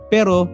Pero